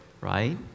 right